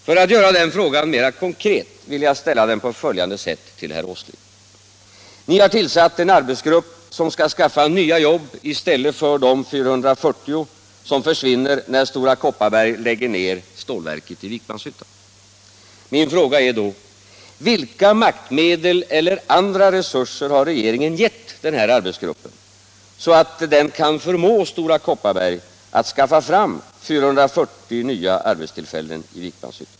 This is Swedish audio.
För att göra frågan mera konkret vill jag ställa den på följande sätt till herr Åsling: Ni har tillsatt en arbetsgrupp som skall skaffa nya jobb i stället för de 440 som försvinner när Stora Kopparberg lägger ner stålverket i Vikmanshyttan. Min fråga är då: Vilka maktmedel eller andra resurser har regeringen gett den här arbetsgruppen, så att den kan förmå Stora Kopparberg att skaffa fram 440 nya arbetstillfällen i Vikmanshyttan?